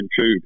food